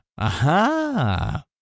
aha